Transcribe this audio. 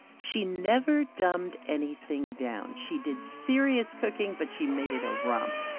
she never dumbed anything down. she did serious cooking but she made it a romp.